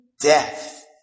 death